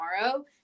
tomorrow